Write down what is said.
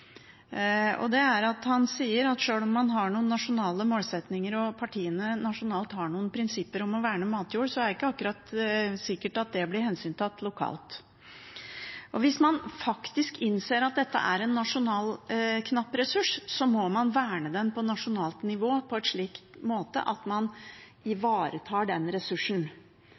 Han sier at sjøl om man har noen nasjonale målsettinger og partiene nasjonalt har noen prinsipper om å verne matjord, er det ikke akkurat sikkert at det blir hensyntatt lokalt. Hvis man faktisk innser at dette er en knapp nasjonal ressurs, må man verne den på nasjonalt nivå på en slik måte at man